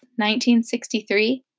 1963